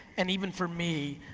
and even for me,